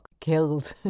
killed